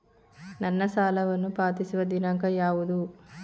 ನನ್ನ ಸಾಲವನ್ನು ಪಾವತಿಸುವ ದಿನಾಂಕ ಯಾವುದು?